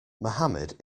mohammed